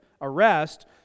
arrest